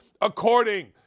according